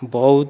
ବୌଦ୍ଧ